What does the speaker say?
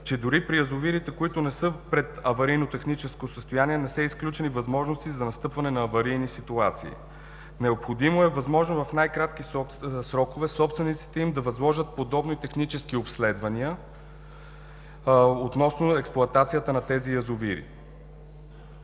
че дори при язовирите, които не са в предаварийно техническо състояние, не са изключени възможности за настъпване на аварийни ситуации. Необходимо е възможно в най-кратки срокове собствениците им да възложат подобни технически обследвания относно експлоатацията на тези язовири.